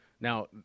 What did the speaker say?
Now